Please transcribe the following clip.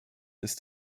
ist